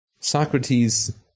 Socrates